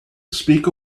speak